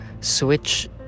switch